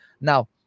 Now